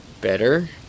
Better